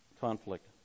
Conflict